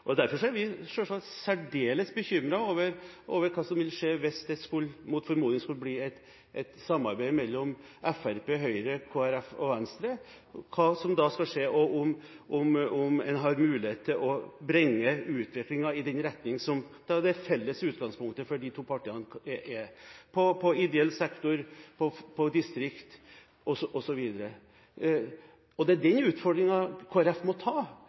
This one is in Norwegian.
Derfor er vi selvsagt særdeles bekymret for hva som vil skje hvis det mot formodning skulle bli et samarbeid mellom Fremskrittspartiet, Høyre, Kristelig Folkeparti og Venstre; om en da har mulighet til å bringe utviklingen i den retningen som er det felles utgangspunktet for disse to partiene – i ideell sektor, i distriktspolitikken osv. Det er den utfordringen Kristelig Folkeparti må ta, og det er den utfordringen Kristelig Folkeparti må